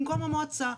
במקום המועצה.